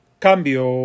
Cambio